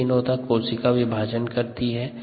कुछ दिनों तक कोशिका विभाजन करती हैं